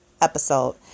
episode